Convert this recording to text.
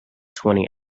twenty